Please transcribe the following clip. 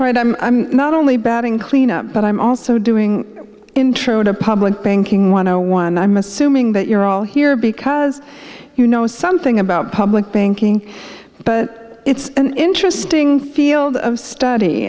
write i'm not only batting cleanup but i'm also doing intro to public banking one hundred one i'm assuming that you're all here because you know something about public banking but it's an interesting field of study